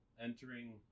entering